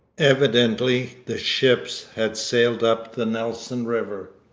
evidently the ships had sailed up the nelson river.